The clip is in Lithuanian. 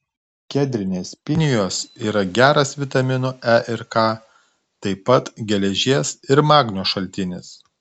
kedrinės pinijos yra geras vitaminų e ir k taip pat geležies ir magnio šaltinis